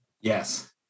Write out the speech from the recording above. Yes